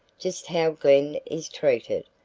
just how glen is treated,